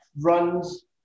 runs